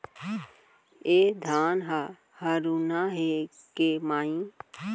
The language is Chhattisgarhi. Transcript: ए धान ह हरूना हे के माई?